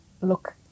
look